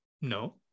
No